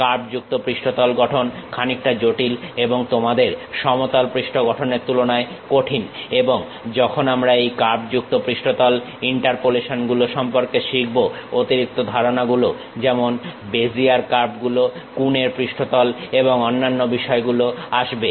কার্ভযুক্ত পৃষ্ঠতল গঠন খানিকটা জটিল এবং তোমাদের সমতল পৃষ্ঠ গঠনের তুলনায় কঠিন এবং যখন আমরা এই কার্ভযুক্ত পৃষ্ঠতল ইন্টারপোলেশন গুলো সম্পর্কে শিখব অতিরিক্ত ধারণা গুলো যেমন বেজিয়ার কার্ভগুলো কুন এর পৃষ্ঠতল এবং অন্যান্য বিষয়গুলো আসবে